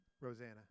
Rosanna